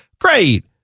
Great